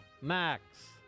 Max